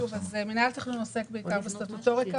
שוב, מינהל התכנון עוסק בעיקר בסטטוטוריקה